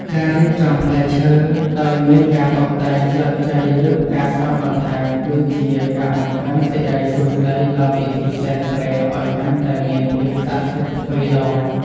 ការរៀបចំផ្លែឈើដោយមានការតុបតែងស្លឹកជ័យឬផ្កាស្រស់បន្ថែមគឺជាការបង្កើនសិរីសួស្តីដល់ពិធីសែនព្រេនឱ្យកាន់តែមានភាពស័ក្តិសិទ្ធិទ្វេដង។